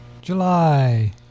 July